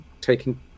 taking